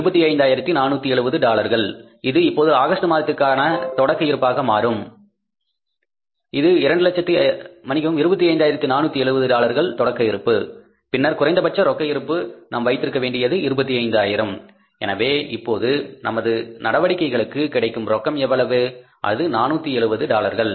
25470 டாலர்கள் இது இப்போது ஆகஸ்ட் மாதத்திற்கான தொடக்க இருப்பாக மாறும் இது 25470 டாலர்கள் தொடக்க இருப்பு பின்னர் குறைந்தபட்ச ரொக்க இருப்பு நாம் வைத்திருக்க வேண்டியது 25000 எனவே இப்போது நமது நடவடிக்கைகளுக்கு கிடைக்கும் ரொக்கம் எவ்வளவு அது 470 டாலர்கள்